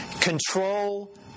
control